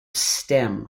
stem